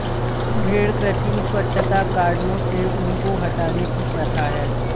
भेड़ क्रचिंग स्वच्छता कारणों से ऊन को हटाने की प्रथा है